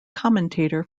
commentator